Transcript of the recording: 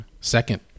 Second